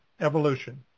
evolution